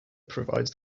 provides